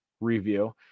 review